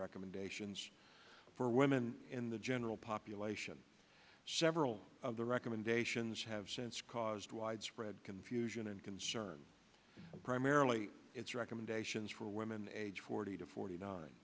recommendations for women in the general population several of the recommendations have shown it's caused widespread confusion and concern primarily its recommendations for women age forty to forty nine